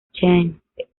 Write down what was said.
chance